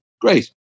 great